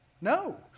No